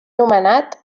nomenat